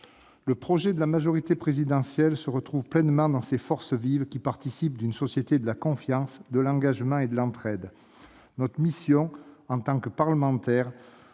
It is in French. Le projet de la majorité présidentielle se retrouve pleinement dans ces forces vives qui participent d'une société de la confiance, de l'engagement et de l'entraide. Notre mission, en tant que parlementaires,